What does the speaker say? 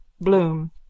Bloom